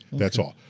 that's all.